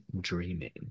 dreaming